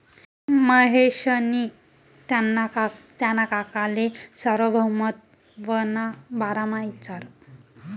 महेशनी त्याना काकाले सार्वभौमत्वना बारामा इचारं